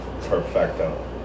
perfecto